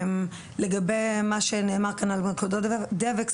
לגבי מה שנאמר כאן על מלכודות רגל,